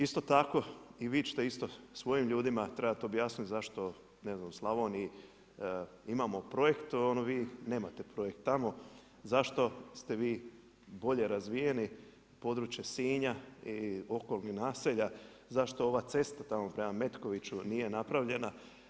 Isto tako, i vi ćete isto svojim ljudima trebati objasniti zašto ne znam, u Slavoniji imamo projekt, vi nemate projekt tamo, zašto ste vi bolje razvijeni, područje Sinja i okolnih naselja, zašto ona cesta tamo prema Metkoviću nije napravljena.